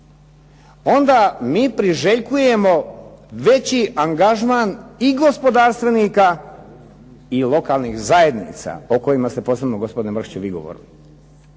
onda mi priželjkujemo veći angažman i gospodarstvenika i lokalnih zajednica o kojima ste posebno gospodine Mršiću vi govorili.